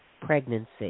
pregnancy